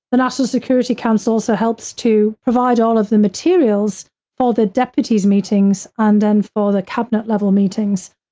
but so security council also helps to provide all of the materials for the deputies' meetings, and then for the cabinet level meetings,